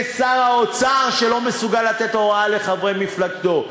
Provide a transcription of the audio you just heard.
זה שר האוצר שלא מסוגל לתת הוראה לחברי מפלגתו.